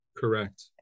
Correct